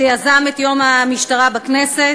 שיזם את יום המשטרה בכנסת,